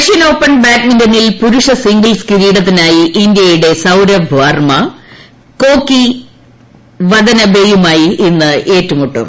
Russian open ബാഡ്മിന്റണിൽ പുരുഷ singles കിരീടത്തിനായി ഇന്തൃയുടെ സൌരഭ് വർമ്മ ജപ്പാന്റെ കോക്കി വദനബെയുമായി ഇന്ന് ഏറ്റുമുട്ടും